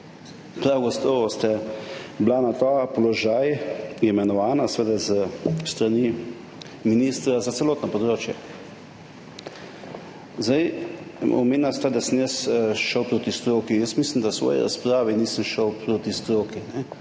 Prav gotovo ste bili na ta položaj imenovani, seveda s strani ministra, za celotno področje. Omenili ste, da sem jaz šel proti stroki. Jaz mislim, da v svoji razpravi nisem šel proti stroki,